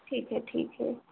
ठीक है ठीक है